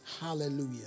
Hallelujah